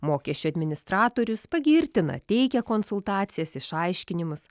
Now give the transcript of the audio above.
mokesčių administratorius pagirtina teikia konsultacijas išaiškinimus